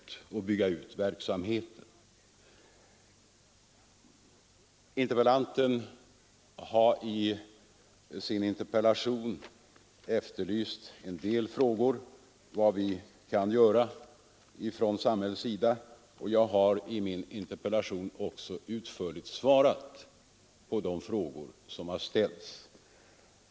Det är också Fredagen den NABelger 10 maj 1974 Herr Karlehagen har i sin interpellation efterlyst vad vi kan göra från samhällets sida för att förbättra vårdmiljön inom långtidssjukvården, och jag har i min tidigare redovisning också utförligt svarat på de frågor som har ställts.